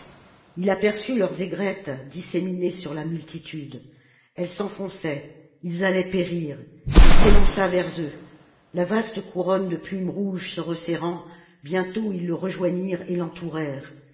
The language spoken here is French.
il aperçut leurs aigrettes disséminées sur la multitude elles s'enfonçaient ils allaient périr il s'élança vers eux la vaste couronne de plumes rouges se resserrant bientôt ils le rejoignirent et